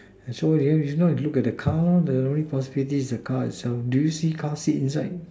so what you have is no look at the car the only possibility is the car itself do you see car fit inside